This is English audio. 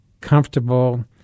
comfortable